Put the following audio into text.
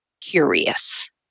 curious